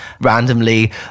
randomly